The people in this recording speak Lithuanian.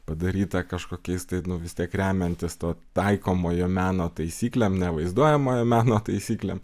padaryta kažkokiais tai vis tiek remiantis to taikomojo meno taisyklėm ne vaizduojamojo meno taisyklėm